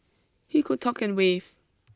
he could talk and wave